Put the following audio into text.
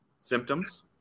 symptoms